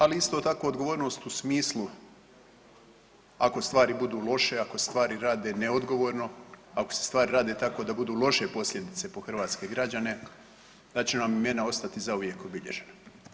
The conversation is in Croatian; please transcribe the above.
Ali isto tako odgovornost u smislu ako stvari budu loše, ako stvari rade neodgovorno, ako se stvari rade tako da budu loše posljedice po hrvatske građane, da će imena ostati zauvijek obilježena.